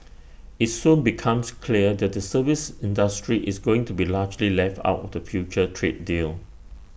IT soon becomes clear that the services industry is going to be largely left out of the future trade deal